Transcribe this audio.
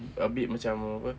a bit macam apa